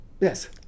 Yes